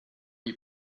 you